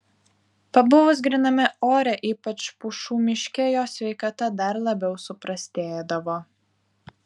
pabuvus gryname ore ypač pušų miške jo sveikata dar labiau suprastėdavo